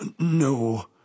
No